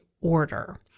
order